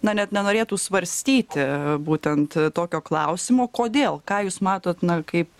na net nenorėtų svarstyti būtent tokio klausimo kodėl ką jūs matot na kaip